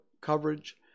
coverage